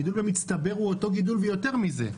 הגידול במצטבר הוא אותו גידול ויותר מזה.